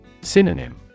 Synonym